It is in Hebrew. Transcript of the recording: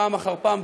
פעם אחר פעם,